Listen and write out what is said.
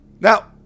Now